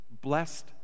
Blessed